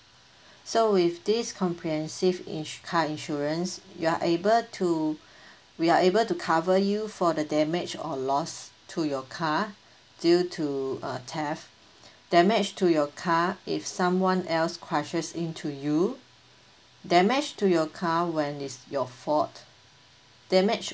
so with this comprehensive ins~ car insurance you are able to we are able to cover you for the damage or lost to your car due to uh theft damage to your car if someone else crushes into you damage to your car when it's your fault damage